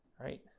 Right